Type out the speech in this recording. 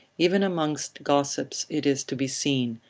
even amongst gossips it is to be seen,